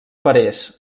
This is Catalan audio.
parés